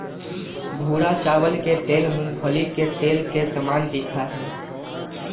भूरा चावल के तेल मूंगफली के तेल के समान दिखा हई